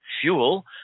fuel